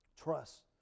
Trust